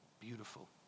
beautiful